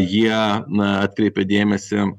jie na atkreipė dėmesį